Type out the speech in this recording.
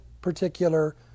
particular